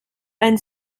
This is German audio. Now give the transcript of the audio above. ein